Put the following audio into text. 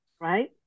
right